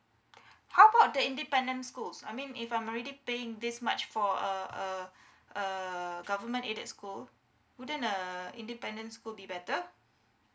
how about the independent schools I mean if I'm already paying this much for a a a government aided school wouldn't a independence school be better